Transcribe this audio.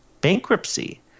bankruptcy